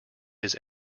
his